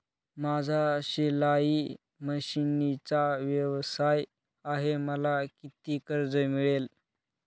माझा शिलाई मशिनचा व्यवसाय आहे मला किती कर्ज मिळेल?